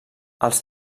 als